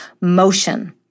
motion